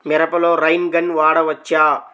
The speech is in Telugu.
మిరపలో రైన్ గన్ వాడవచ్చా?